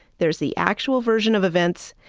there's the actual version of events,